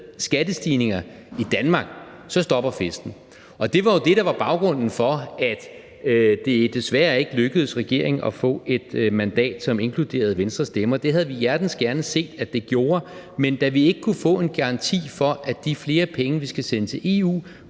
skattestigninger i Danmark, så stopper festen. Det var jo det, der var baggrunden for, at det desværre ikke lykkedes regeringen at få et mandat, som inkluderede Venstres stemmer. Det havde vi hjertens gerne set at det gjorde, men da vi ikke kunne få en garanti for, at de flere penge, vi skal sende til EU,